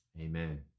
Amen